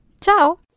ciao